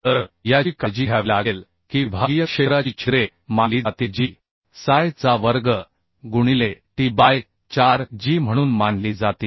तर याची काळजी घ्यावी लागेल की विभागीय क्षेत्राची छिद्रे मानली जातील जी Psi स्क्वेअर गुणिले t बाय 4 g म्हणून मानली जातील